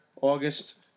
August